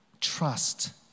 trust